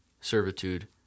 servitude